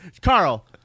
carl